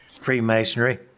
Freemasonry